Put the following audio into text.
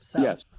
Yes